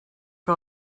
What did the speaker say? que